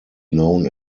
known